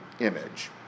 image